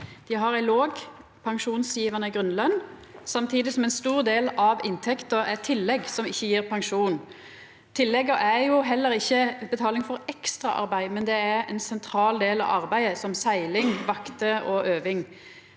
Dei har ei låg pensjonsgjevande grunnløn samtidig som ein stor del av inntekta er tillegg som ikkje gjev pensjon. Tillegga er heller ikkje betaling for ekstraarbeid, men ein sentral del av arbeidet, som segling, vakter og øving.